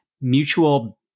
mutual